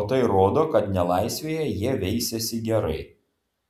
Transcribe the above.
o tai rodo kad nelaisvėje jie veisiasi gerai